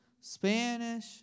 Spanish